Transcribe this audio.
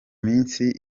minsi